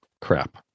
crap